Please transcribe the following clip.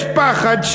יש פחד,